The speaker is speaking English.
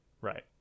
right